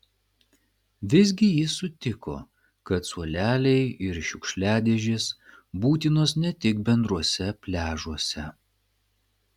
vis gi jis sutiko kad suoleliai ir šiukšliadėžės būtinos ne tik bendruose pliažuose